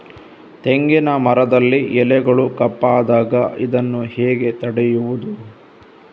ತೆಂಗಿನ ಮರದಲ್ಲಿ ಎಲೆಗಳು ಕಪ್ಪಾದಾಗ ಇದನ್ನು ಹೇಗೆ ತಡೆಯುವುದು?